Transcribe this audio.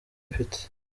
mfite